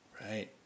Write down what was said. Right